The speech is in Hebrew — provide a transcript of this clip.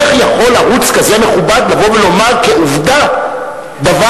איך יכול ערוץ כזה מכובד לבוא ולומר כעובדה דבר,